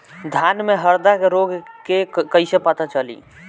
धान में हरदा रोग के कैसे पता चली?